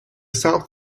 south